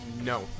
No